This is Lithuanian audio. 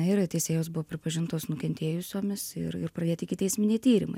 na ir teisėjos buvo pripažintos nukentėjusiomis ir ir pradėti ikiteisminiai tyrimai